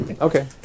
Okay